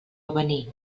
avenir